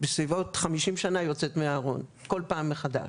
בסביבות ה-50 שנה יוצאת מהארון כל פעם מחדש